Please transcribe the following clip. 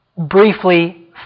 briefly